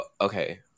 okay